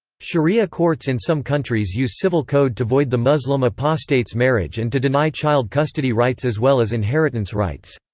sharia courts in some countries use civil code to void the muslim apostate's marriage and to deny child-custody rights as well as inheritance rights.